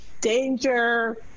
danger